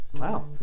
Wow